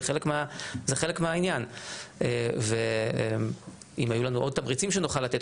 זה חלק מהעניין ואם היו לנו עוד תמריצים שנוכל לתת,